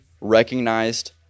recognized